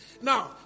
Now